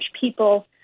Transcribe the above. people